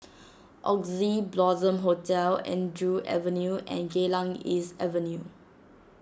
Oxley Blossom Hotel Andrew Avenue and Geylang East Avenue